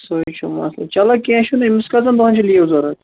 سورُے چھُ مَسلہٕ چَلو کیٚنٛہہ چھُنہٕ أمِس کٔژَن دۅہن چھِ لیٖو ضروٗرت